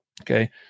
okay